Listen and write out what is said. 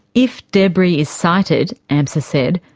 if debris is sighted amsa said,